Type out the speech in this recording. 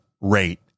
rate